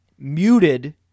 muted